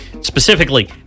Specifically